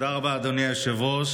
תודה רבה, אדוני היושב-ראש.